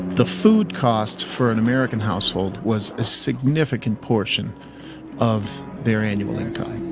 the food cost for an american household was a significant portion of their annual income.